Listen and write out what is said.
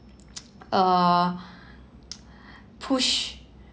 uh pushed